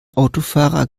autofahrer